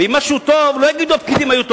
ואם משהו טוב לא יגידו הפקידים היו טובים,